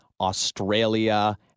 Australia